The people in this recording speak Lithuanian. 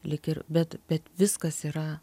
lyg ir bet bet viskas yra